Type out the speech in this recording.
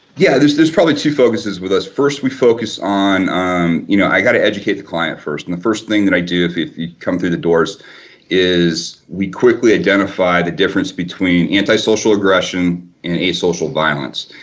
yeah, there's there's probably two focuses' with us. first, we focus on um you know i got to educate the client first, and the first thing that i do if if you come through the doors is we quickly identify the difference between antisocial aggression, and asocial violence.